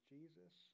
Jesus